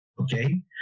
okay